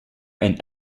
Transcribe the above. and